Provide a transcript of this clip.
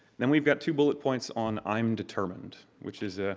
then we've got to bullet points on i'm determined, which is ah